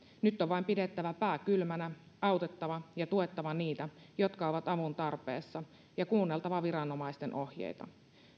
nyt on vain pidettävä pää kylmänä autettava ja tuettava niitä jotka ovat avun tarpeessa ja kuunneltava viranomaisten ohjeita